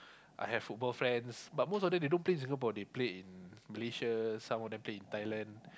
I have football friends but most of them they don't play in Singapore they play in Malaysia some of them play in Thailand